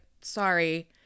sorry